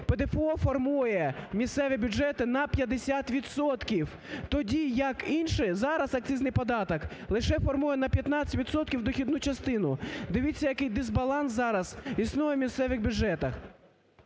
ПДФО формує місцеві бюджети на 50 відсотків, тоді як інший, зараз акцизний податок лише формує на 15 відсотків дохідну частину. Дивіться, який дисбаланс зараз існує в місцевих бюджетах.